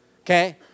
okay